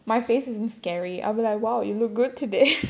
my face isn't scary I'll be like !wow! you look good today